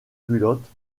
culottes